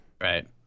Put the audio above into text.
Right